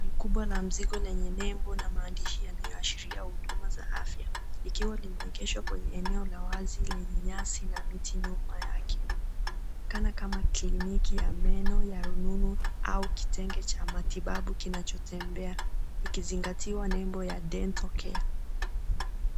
Ni kubwa na mzigo lenye nembo na maandishi yanayoashiria huduma za afya. Likiwa limeegeshwa kwenye eneo la wazi lenye nyasi na miti nyuma yake. Inaonekana kama kliniki ya meno ya rununu au kitenge cha matibabu kinachotembea, ikizingatiwa nembo ya Dental Care .